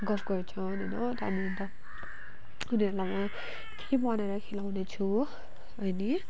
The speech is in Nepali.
गफ गर्छन् होइन त्यहाँदेखि अन्त उनीहरूलाई म केही बनाएर खिलाउने छु अनि